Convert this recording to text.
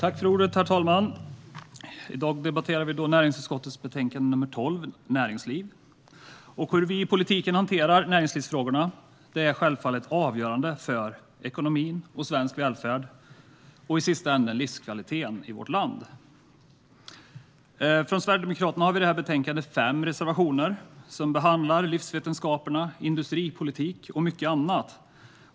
Herr talman! I dag debatterar vi näringsutskottets betänkande NU12 Näringspolitik . Hur vi i politiken hanterar näringslivsfrågorna är självfallet avgörande för ekonomin, svensk välfärd och i sista ändan livskvaliteten i vårt land. Sverigedemokraterna har i detta betänkande fem reservationer som behandlar livsvetenskaperna, industripolitik och mycket annat.